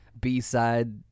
B-side